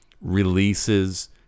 releases